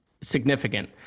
significant